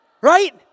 right